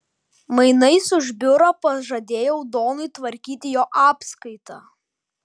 mainais už biurą pažadėjau donui tvarkyti jo apskaitą